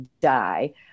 die